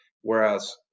whereas